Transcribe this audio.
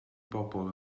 bobl